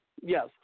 Yes